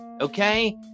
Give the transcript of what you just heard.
Okay